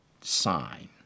sign